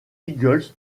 eagles